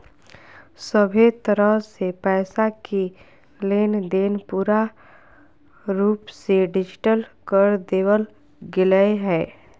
सभहे तरह से पैसा के लेनदेन पूरा रूप से डिजिटल कर देवल गेलय हें